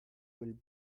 will